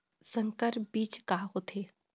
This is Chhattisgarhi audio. संकर बीज का होथे?